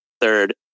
third